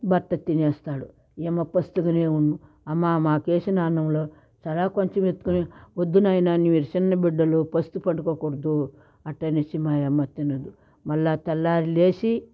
భర్త తినేస్తాడు ఈమె పస్తుగనే ఉం అమ్మా మాకేసిన అన్నంలో తలా కొంచెం ఎత్తుకుని వద్దు నాయనా మీరు చిన్నబిడ్డలు పస్తు పడుకోకూడదు అట్టనేసి మాయమ్మ తినదు మళ్ళీ తెల్లవారి లేసి